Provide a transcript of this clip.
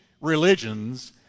religions